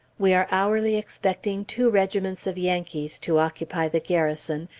we are hourly expecting two regiments of yankees to occupy the garrison,